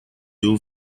yıl